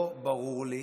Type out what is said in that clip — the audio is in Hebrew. לא ברור לי,